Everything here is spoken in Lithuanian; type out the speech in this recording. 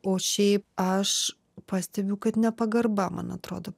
o šiaip aš pastebiu kad nepagarba man atrodo